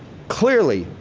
clearly,